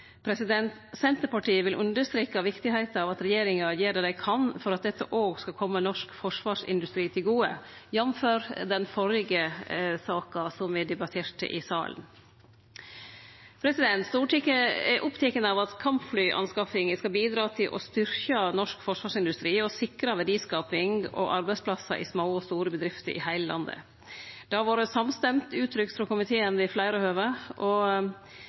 Senterpartiet vil understreke viktigheita av at regjeringa gjer det dei kan for at dette òg skal kome norsk forsvarsindustri til gode, jf. den førre saka som me debatterte i salen. Stortinget er oppteke av at kampflyinvesteringane skal bidra til å styrkje norsk forsvarsindustri og sikre verdiskaping og arbeidsplassar i små og store bedrifter i heile landet. Det har vore samstemt uttrykt frå komiteen ved fleire høve, og